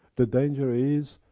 the danger is,